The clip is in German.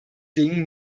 dingen